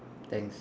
thanks